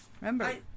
Remember